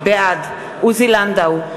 בעד עוזי לנדאו,